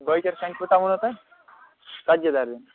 بٲکِر کھانہِ کوٗتاہ ووٚنوٕ تۄہہِ ژتجی درَجن